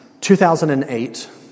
2008